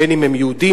בין שהם יהודים,